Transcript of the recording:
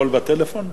הכול בטלפון?